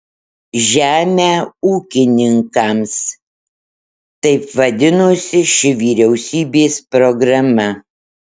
žemę ūkininkams taip vadinosi ši vyriausybės programa